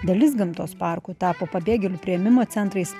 dalis gamtos parkų tapo pabėgėlių priėmimo centrais